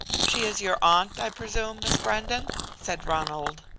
she is your aunt, i presume, miss brandon? said ronald.